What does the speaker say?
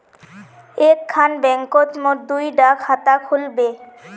एक खान बैंकोत मोर दुई डा खाता खुल बे?